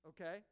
okay